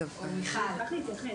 בבקשה.